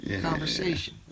conversation